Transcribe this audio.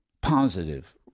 Positive